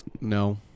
No